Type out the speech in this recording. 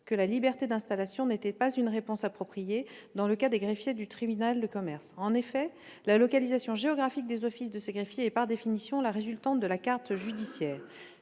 que la liberté d'installation n'était pas une réponse appropriée dans le cas des greffiers de tribunal de commerce. En effet la localisation géographique des offices de ces greffiers est, par définition, la résultante de la carte judiciaire.